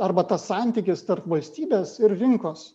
arba tas santykis tarp valstybės ir rinkos